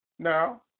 Now